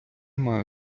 маю